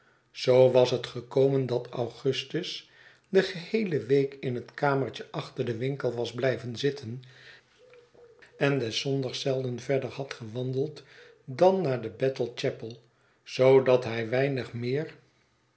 zoo was het gekomen dat augustus de geheele week in het kamertje achter den winkel was blijven zitten en des zondags zelden verder had gewandeld dan naar de bethel chapel zoodat hij weinig meer